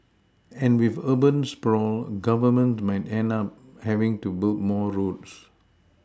and with urban sprawl Governments might end up having to build more roads